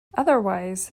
otherwise